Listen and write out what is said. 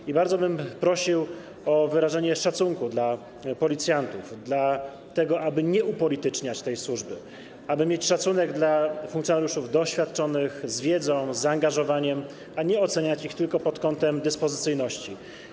I bardzo bym prosił o wyrażanie szacunku dla policjantów, aby nie upolityczniać tej służby, aby mieć szacunek dla funkcjonariuszów doświadczonych, z wiedzą, z zaangażowaniem, a nie oceniać ich tylko pod kątem dyspozycyjności.